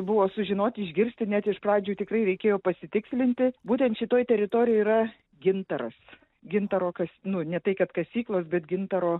buvo sužinoti išgirsti net iš pradžių tikrai reikėjo pasitikslinti būtent šitoj teritorijoj yra gintaras gintaro kas nu ne tai kad kasyklos bet gintaro